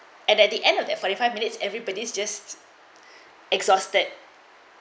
and at the end of the forty five minutes everybody's just exhausted